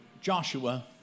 Joshua